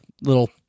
little